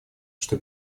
что